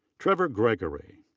trevor gregory.